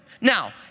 Now